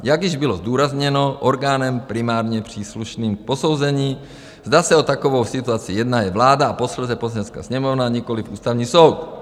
Jak již bylo zdůrazněno, orgánem primárně příslušným k posouzení, zda se o takovou situaci jedná, je vláda a posléze Poslanecká sněmovna, nikoliv Ústavní soud.